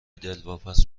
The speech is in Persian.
دلواپس